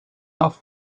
love